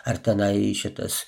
ar tenai šitas